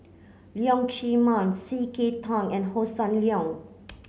Leong Chee Mun C K Tang and Hossan Leong